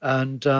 and